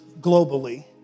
globally